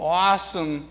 awesome